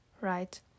right